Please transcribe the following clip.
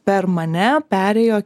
per mane perėjo